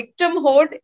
victimhood